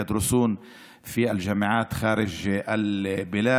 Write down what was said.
אלה הלומדים באוניברסיטאות בחו"ל,